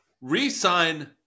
Resign